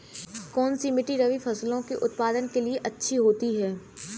कौनसी मिट्टी रबी फसलों के उत्पादन के लिए अच्छी होती है?